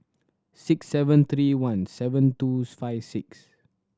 six seven three one seven twos five six